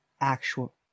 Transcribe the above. actual